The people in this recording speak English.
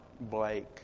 Blake